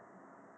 看不出来 son